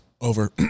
over